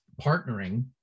partnering